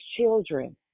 children